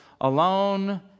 alone